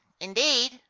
indeed